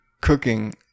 cooking